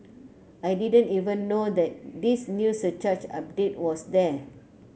I didn't even know that this new surcharge update was there